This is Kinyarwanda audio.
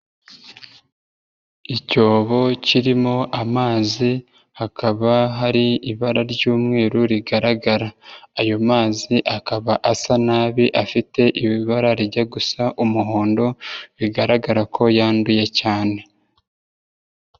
Icyobo kirimo amazi hakaba hari ibara ry'umweru rigaragara, ayo mazi akaba asa nabi afite ibara rijya gusa umuhondo, bigaragara ko yanduye cyane.